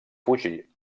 fugir